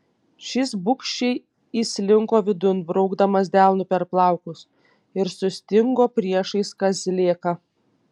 šis bugščiai įslinko vidun braukdamas delnu per plaukus ir sustingo priešais kazlėką